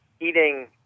eating –